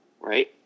right